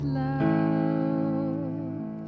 love